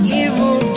evil